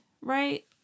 right